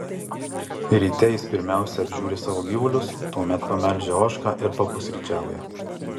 ryte jis pirmiausia apžiūri savo gyvulius tuomet pamelžia ožką ir papusryčiauja